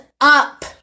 up